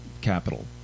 capital